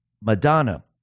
Madonna